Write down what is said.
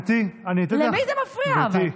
גברתי, אני נתתי לך, למי זה מפריע אבל?